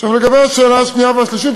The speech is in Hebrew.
לגבי השאלה השנייה והשלישית,